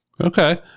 Okay